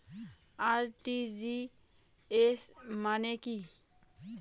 RTGS মানে কি?